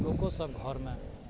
लोको सब घरमे